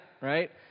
right